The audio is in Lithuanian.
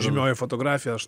žymioji fotografija aš